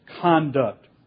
conduct